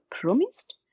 promised